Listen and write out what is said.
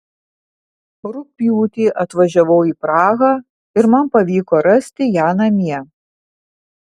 rugpjūtį atvažiavau į prahą ir man pavyko rasti ją namie